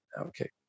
Okay